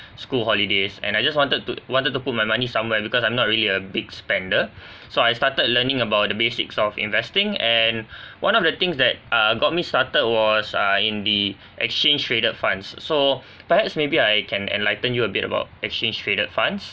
school holidays and I just wanted to wanted to put my money somewhere because I'm not really a big spender so I started learning about the basics of investing and one of the things that uh got me started was uh in the exchange traded funds so perhaps maybe I can enlighten you a bit about exchange traded funds